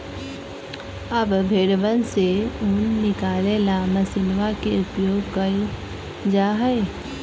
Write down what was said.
अब भेंड़वन से ऊन निकाले ला मशीनवा के उपयोग कइल जाहई